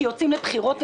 כי יוצאים לבחירות,